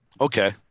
okay